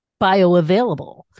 bioavailable